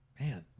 man